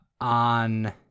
on